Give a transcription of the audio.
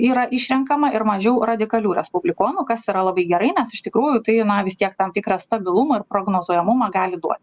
yra išrenkama ir mažiau radikalių respublikonų kas yra labai gerai nes iš tikrųjų tai na vis tiek tam tikrą stabilumą ir prognozuojamumą gali duot